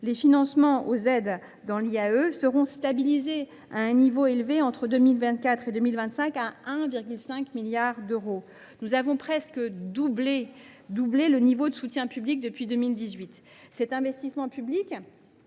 dans le cadre de l’IAE seront stabilisés à un niveau élevé entre 2024 et 2025, à hauteur de 1,5 milliard d’euros. Nous avons presque doublé le niveau de soutien public depuis 2018. Cet investissement public